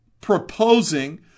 proposing